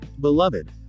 Beloved